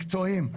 מקצועיים,